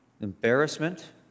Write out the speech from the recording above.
embarrassment